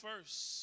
first